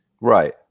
Right